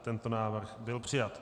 Tento návrh byl přijat.